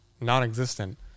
non-existent